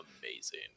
amazing